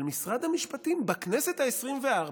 אבל משרד המשפטים, בכנסת העשרים-וארבע,